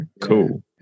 Cool